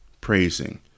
praising